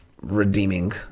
redeeming